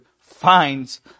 finds